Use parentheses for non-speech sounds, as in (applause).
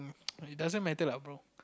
(noise) hm it doesn't matter lah bro